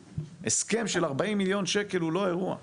הסכם של 40 מיליון שקלים הוא לא אירוע,